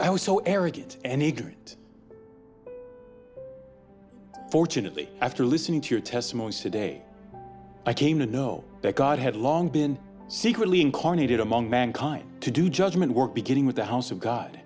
i was so arrogant and ignorant fortunately after listening to your testimony today i came to know that god had long been secretly incarnated among mankind to do judgment work beginning with the house of god